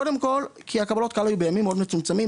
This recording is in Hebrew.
קודם כל כי קבלות הקהל היו בימים מאוד מצומצמים.